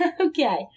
Okay